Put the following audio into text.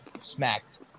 smacked